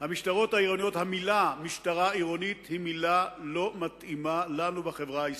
המלים "משטרה עירונית" לא מתאימות לנו בחברה הישראלית.